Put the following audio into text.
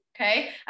Okay